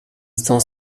estão